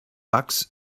bucks